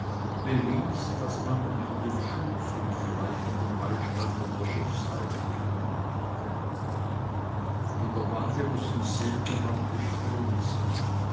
bewies daß man unter dem schutz und vielleicht mit dem beistande der schiffeigentümer handelte in der bande mußten sehr gewandte spione sein